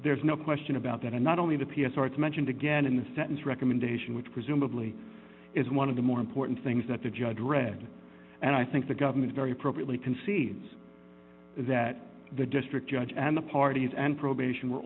there's no question about that and not only the p s r it's mentioned again in the sentence recommendation which presumably is one of the more important things that the judge read and i think the government very appropriately concedes that the district judge and the parties and probation we're